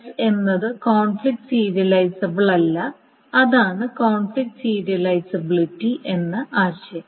S എന്നത് conflict serializable അല്ല അതാണ് കോൺഫ്ലിക്റ്റ് സീരിയലൈസബിലിറ്റി എന്ന ആശയം